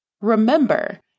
Remember